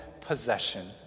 possession